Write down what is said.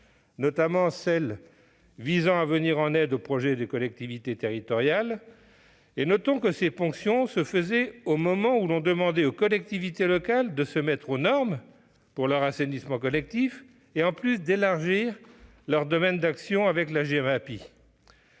notamment celles visant à venir en aide aux projets des collectivités territoriales. Notons que ces ponctions se faisaient au moment où l'on demandait aux collectivités locales de se mettre aux normes pour leur assainissement collectif, et en outre d'élargir leur domaine d'action la gestion